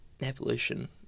evolution